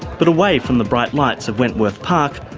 but away from the bright lights of wentworth park,